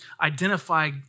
identify